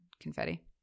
confetti